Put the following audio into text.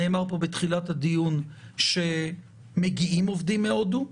נאמר פה בתחילת הדיון שמגיעים עובדים מהודו,